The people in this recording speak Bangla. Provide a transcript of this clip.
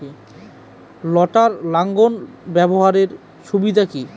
লটার লাঙ্গল ব্যবহারের সুবিধা কি?